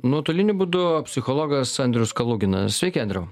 nuotoliniu būdu psichologas andrius kaluginas sveiki andriau